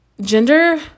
Gender